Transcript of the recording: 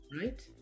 right